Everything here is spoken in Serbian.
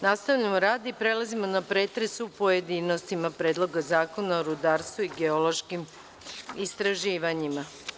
Nastavljamo rad i prelazimo na pretres u pojedinostima Predloga zakona o rudarstvu i geološkim istraživanjima.